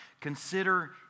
Consider